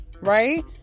right